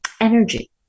energy